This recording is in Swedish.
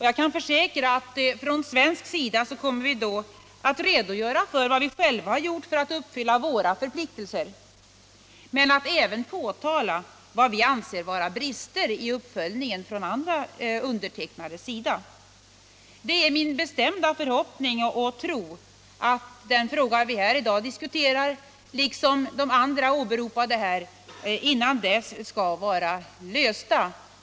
Jag kan försäkra att vi från svensk sida kommer att redovisa vad vi själva gjort för att uppfylla våra förpliktelser, men vi kommer även att påtala vad vi anser vara brister i uppföljningen från andra undertecknares sida. Det är min bestämda förhoppning och tro att den fråga vi i dag diskuterar, liksom de andra här åberopade frågorna, innan dess skall vara lösta.